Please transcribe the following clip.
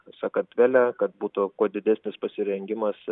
sakartvele kad būtų kuo didesnis pasirengimas